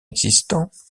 existants